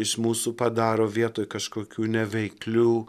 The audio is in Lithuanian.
iš mūsų padaro vietoj kažkokių neveiklių